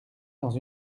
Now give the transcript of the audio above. dans